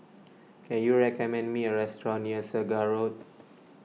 can you recommend me a restaurant near Segar Road